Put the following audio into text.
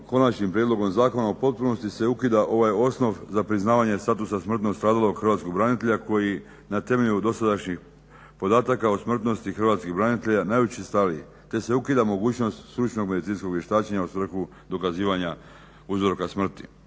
konačnim prijedlogom zakona u potpunosti se ukida ovaj osnov za priznavanje statusa smrtno stradalog hrvatskog branitelja koji na temelju dosadašnjih podataka o smrtnosti hrvatskih branitelja je najučestaliji te se ukida mogućnost stručnog medicinskog vještačenja u svrhu dokazivanja uzroka smrti.